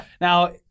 Now